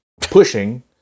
pushing